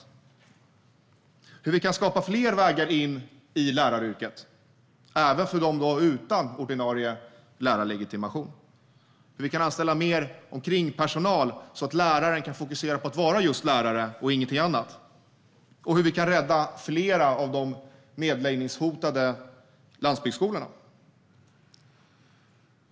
Jag hade velat prata om hur vi kan skapa fler vägar in i läraryrket, även för dem utan ordinarie lärarlegitimation, hur vi kan anställa mer omkringpersonal så att läraren kan fokusera på att vara just lärare och ingenting annat och om hur vi kan rädda flera av de nedläggningshotade landsbygdsskolorna.